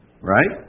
Right